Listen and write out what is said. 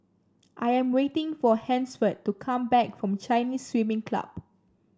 I am waiting for Hansford to come back from Chinese Swimming Club